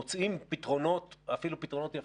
מוצאים פתרונות ואפילו פתרונות יפים.